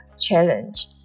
challenge